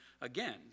again